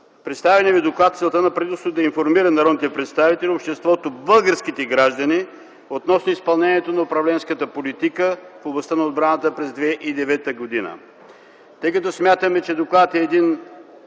представения ви доклад целта на правителството е да информира народните представители, обществото, българските граждани относно изпълнението на управленската политика в областта на отбраната през 2009 г. Смятаме, че докладът е